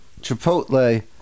Chipotle